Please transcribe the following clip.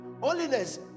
Holiness